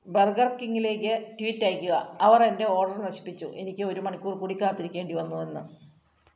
burger ക്കിംഗിലേക്ക് tweet അയയ്ക്കുക അവർ എൻ്റെ ഓഡർ നശിപ്പിച്ചു എനിക്ക് ഒരു മണിക്കൂർ കൂടി കാത്തിരിക്കേണ്ടി വന്നു എന്ന്